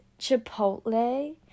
Chipotle